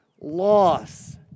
loss